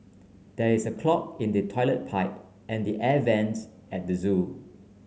there is a clog in the toilet pipe and the air vents at the zoo